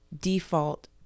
default